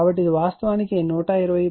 కాబట్టి ఇది వాస్తవానికి 120